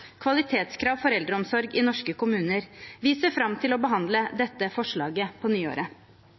kvalitetskrav for eldreomsorg i norske kommuner. Vi ser fram til å behandle dette forslaget på nyåret.